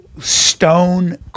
stone